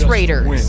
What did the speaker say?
Raiders